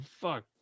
fuck